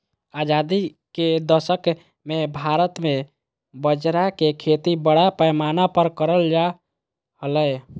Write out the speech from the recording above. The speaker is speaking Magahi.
आजादी के दशक मे भारत मे बाजरा के खेती बड़ा पैमाना पर करल जा हलय